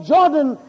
Jordan